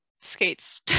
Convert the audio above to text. skates